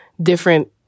different